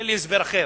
אין לי הסבר אחר,